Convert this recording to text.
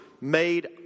made